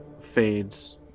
fades